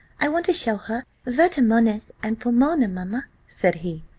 i want to show her vertumnus and pomona, mamma, said he.